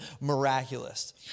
miraculous